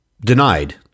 denied